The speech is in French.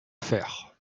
faire